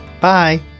bye